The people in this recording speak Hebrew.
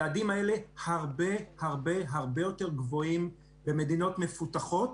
הרבה הרבה הרבה יותר גבוהים במדינות מפותחות,